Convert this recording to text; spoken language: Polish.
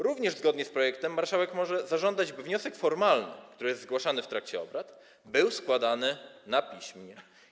Również zgodnie z projektem marszałek może zażądać, by wniosek formalny, który jest zgłaszany w trakcie obrad, był składany na piśmie.